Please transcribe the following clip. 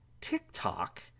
TikTok